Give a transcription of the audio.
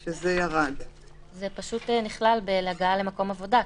זה פשוט נכלל בהגעה למקום עבודה,